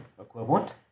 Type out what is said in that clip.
equivalent